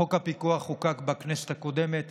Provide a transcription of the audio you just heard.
חוק הפיקוח חוקק בכנסת הקודמת